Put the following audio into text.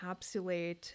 encapsulate